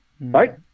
right